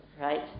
right